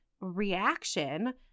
reaction